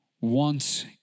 wants